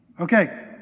Okay